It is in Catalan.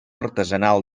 artesanal